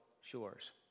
Shores